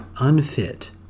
unfit